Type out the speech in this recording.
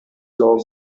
blog